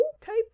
type